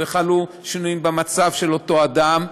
וחלו שינויים במצב של אותו אדם,